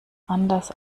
anders